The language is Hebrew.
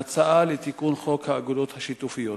תמך נציג משרדך בעקביות בהצעה לתיקון חוק האגודות השיתופיות.